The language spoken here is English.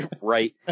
Right